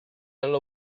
alla